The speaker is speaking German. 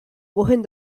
wohin